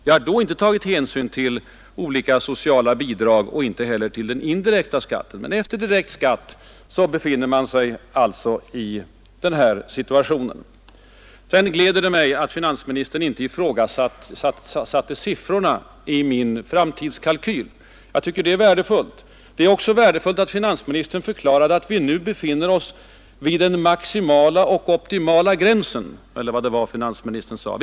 Jag har då inte tagit hänsyn till olika sociala bidrag och inte heller till den indirekta skatten. Men efter direkt skatt befinner sig alltså de svenska inkomsttagarna i en sämre situation än flertalet andra. Det gläder mig att finansministern inte ifrågasatta siffrorna i min framtidskalkyl. Jag tycker att det är värdefullt. Det är också värdefullt att finansministern förklarade att vi nu befinner oss vid den ”maximala och optimala” gränsen, eller vad det var finansministern sade.